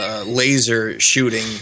laser-shooting